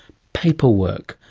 paperwork,